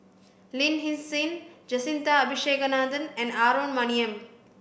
Lin Hsin Hsin Jacintha Abisheganaden and Aaron Maniam